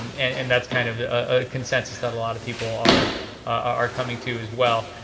and that's kind of a consensus that a lot of people are are coming to as well.